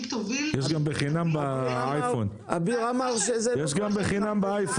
יש גם באייפון בחינם.